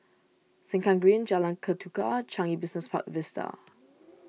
Sengkang Green Jalan Ketuka and Changi Business Park Vista